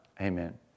Amen